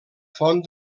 font